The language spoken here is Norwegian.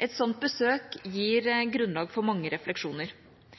Et slikt besøk gir